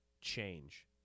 change